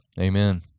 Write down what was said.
Amen